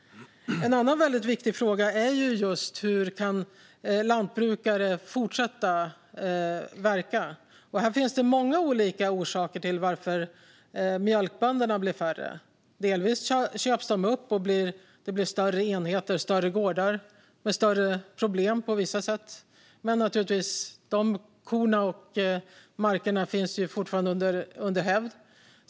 En annan viktig fråga är just hur lantbrukare kan fortsätta verka. Det finns många olika orsaker till att mjölkbönderna blir färre. Delvis köps de upp. Det blir större enheter och större gårdar - med större problem på vissa sätt. Men de korna och de markerna finns fortfarande under hävd.